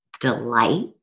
delight